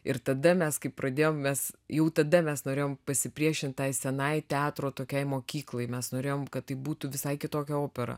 ir tada mes kaip pradėjom mes jau tada mes norėjom pasipriešint tai senai teatro tokiai mokyklai mes norėjom kad tai būtų visai kitokia opera